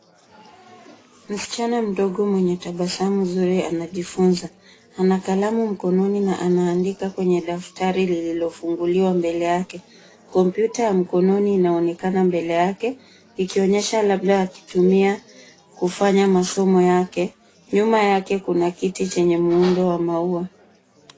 Msichana mdogo mwenye tabasamu nzuri anajifunza. Ana kalamu mkononi na anaandika kwenye daftari lililofunguliwa mbele yake. Kompyuta ya mkononi inaonekana mbele yake ikionyesha labda akitumia kufanya masomo yake. Nyuma yake kuna kiti chenye muundo wa maua.